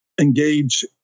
engage